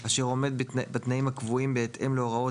"-- אשר עומד בתנאים הקבועים בהתאם להוראות